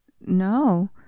No